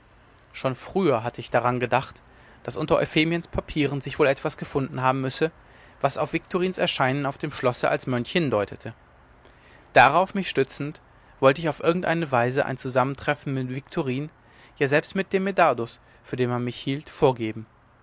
schon früher hatte ich daran gedacht daß unter euphemiens papieren sich wohl etwas gefunden haben müsse was auf viktorins erscheinen auf dem schlosse als mönch hindeute darauf mich stützend wollte ich auf irgendeine weise ein zusammentreffen mit viktorin ja selbst mit dem medardus für den man mich hielt vorgeben